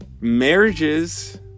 marriages